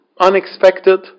unexpected